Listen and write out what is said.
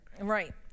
Right